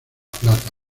plata